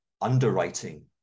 underwriting